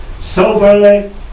soberly